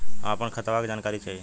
हम अपने खतवा क जानकारी चाही?